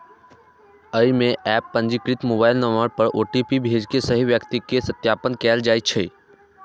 अय मे एप पंजीकृत मोबाइल नंबर पर ओ.टी.पी भेज के सही व्यक्ति के सत्यापन कैल जाइ छै